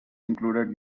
included